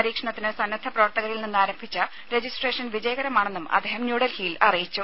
പരീക്ഷണത്തിന് സന്നദ്ധ പ്രവർത്തകരിൽനിന്ന് ആരംഭിച്ച രജിസ്ട്രേഷൻ വിജയകരമാണെന്നും അദ്ദേഹം ന്യൂഡൽഹിയിൽ അറിയിച്ചു